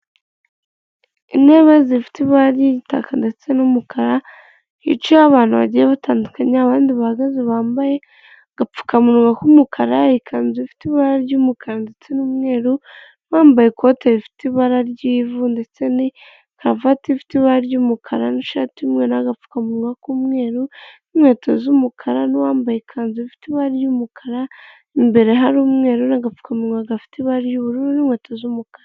Intebe zifite ibara ry'igitaka ndetse n'umukara hicayeho abantu bagiye batandukanye abandi bahagaze bambaye agapfukamunwa k'umukara, ikanzu ifite ibara ry'umukara ndetse n'umweru bambaye ikote rifite ibara ry'ivu ndetse n'ikaravati ifite ibara ry'umukara n'ishati y'umweru n'agapfukamunwa k'umweru n'inkweto z'umukara n'uwambaye ikanzu ifite ibara ry'umukara imbere harimo umweru n'agapfukamunwa gafite ibara ry'ubururu n'inkweto z'umukara.